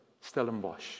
Stellenbosch